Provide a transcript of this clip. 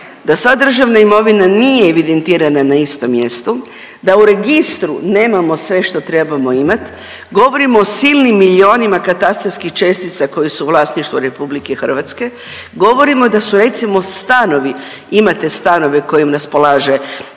da sva državna imovina nije evidentirana na istom mjestu, da u registru nemamo sve što trebamo imat, govorimo o silnim milionima katastarskih čestica koje su u vlasništvo RH, govorimo da su recimo stanovi imate stanove kojima raspolaže